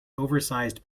oversized